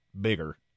bigger